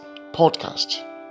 podcast